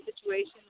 situation